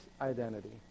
identity